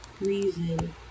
reason